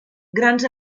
grans